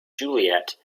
juliet